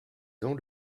dans